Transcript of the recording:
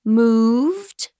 moved